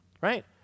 Right